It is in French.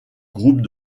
groupes